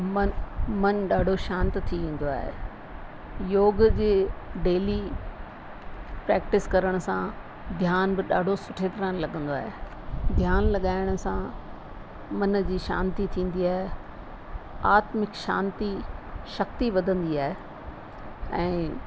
मनु मनु ॾाढो शांत थी ईंदो आहे योग जे डेली प्रेक्टिस करण सां ध्यानु बि ॾाढो सुठे तरह लॻंदो आहे ध्यानु लॻाइण सां मन जी शांति थींदी आहे आत्म शांति शक्ति वधंदी आहे ऐं